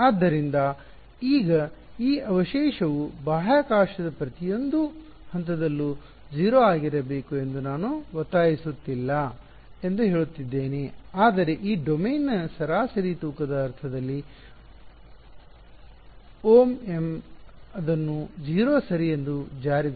ಆದ್ದರಿಂದ ಈಗ ಈ ಅವಶೇಷವು ಬಾಹ್ಯಾಕಾಶದ ಪ್ರತಿಯೊಂದು ಹಂತದಲ್ಲೂ 0 ಆಗಿರಬೇಕು ಎಂದು ನಾನು ಒತ್ತಾಯಿಸುತ್ತಿಲ್ಲ ಎಂದು ಹೇಳುತ್ತಿದ್ದೇನೆ ಆದರೆ ಈ ಡೊಮೇನ್ನ ಸರಾಸರಿ ತೂಕದ ಅರ್ಥದಲ್ಲಿ Ωm ಅದನ್ನು 0 ಸರಿ ಎಂದು ಜಾರಿಗೊಳಿಸಿ